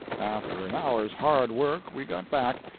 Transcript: after an hour's hard work we got back,